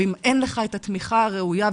ואם אין לך התמיכה הראויה,